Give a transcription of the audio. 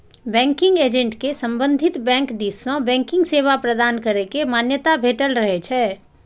banking agent कें संबंधित bank दिस सं बैंकिंग सेवा प्रदान करै के मान्यता भेटल रहै छै